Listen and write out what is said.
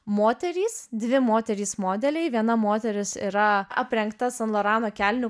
moterys dvi moterys modeliai viena moteris yra aprengta san lorano kelnių